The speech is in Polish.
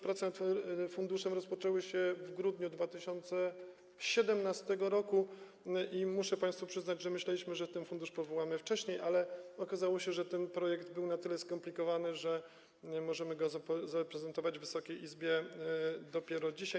Prace nad funduszem rozpoczęły się właściwie w grudniu 2017 r. i muszę państwu przyznać, że myśleliśmy, że ten fundusz powołamy wcześniej, ale okazało się, że ten projekt był na tyle skomplikowany, że możemy go zaprezentować Wysokiej Izbie dopiero dzisiaj.